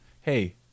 Hey